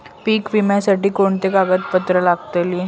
पीक विम्यासाठी कोणती कागदपत्रे लागतील?